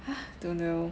don't know